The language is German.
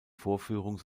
vorführung